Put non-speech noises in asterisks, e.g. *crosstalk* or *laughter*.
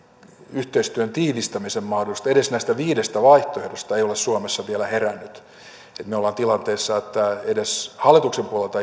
yhteistyön tiivistämisen mahdollisuudesta edes näistä viidestä vaihtoehdosta ei ole ole suomessa vielä herännyt että me olemme tilanteessa että edes hallituksen puolelta *unintelligible*